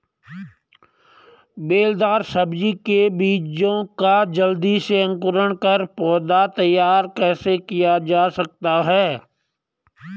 बेलदार सब्जी के बीजों का जल्दी से अंकुरण कर पौधा तैयार कैसे किया जा सकता है?